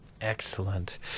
Excellent